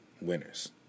winners